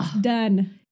Done